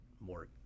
more